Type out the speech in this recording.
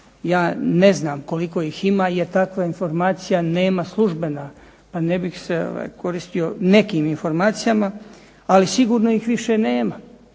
Ja ne znam koliko ih ima jer takva informacija nema službena pa ne bih se koristio nekim informacijama, ali sigurno ih više nema.